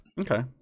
Okay